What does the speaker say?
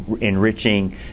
enriching